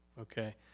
okay